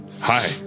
Hi